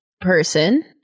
person